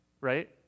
right